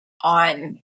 on